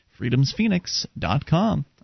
freedomsphoenix.com